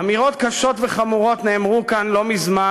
אמירות קשות וחמורות נאמרו כאן לא מזמן,